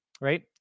right